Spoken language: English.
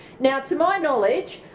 now to my knowledge,